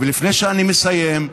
ולפני שאני מסיים,